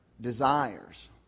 desires